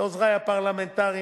לעוזרי הפרלמנטריים,